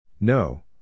No